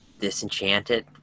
disenchanted